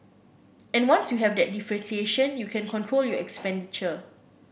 and once you have that differentiation you can control your expenditure